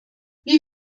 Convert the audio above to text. wie